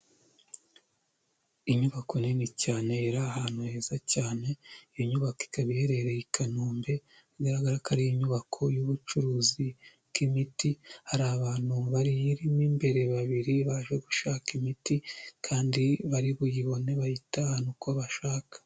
Inyubako nini cyane iri ahantu heza cyane, iyo nyubako ikaba iherereye i Kanombe, igaragara ko ari inyubako y'ubucuruzi bw'imiti, hari abantu barimo imbere babiri baje gushaka imiti kandi bari buyibone bayitahane uko bashaka.